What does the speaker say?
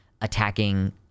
attacking